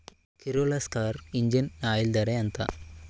Kirloskar engine oil ధర ఎంత?